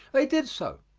they did so,